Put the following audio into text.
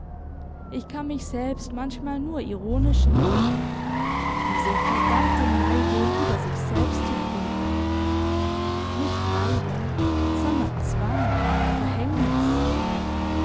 ich kann mich selbst manchmal nur ironisch nehmen diese verdammte neigung über sich selbst zu grübeln nicht neigung sondern zwang verhängnis